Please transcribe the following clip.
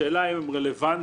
והשאלה אם הם רלוונטיים